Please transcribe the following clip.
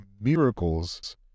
miracles